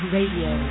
Radio